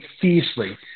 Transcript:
fiercely